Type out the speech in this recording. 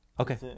Okay